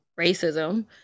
racism